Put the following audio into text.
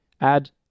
add